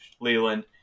leland